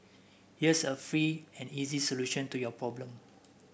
here's a free and easy solution to your problem